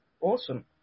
Awesome